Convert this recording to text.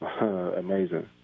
Amazing